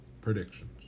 predictions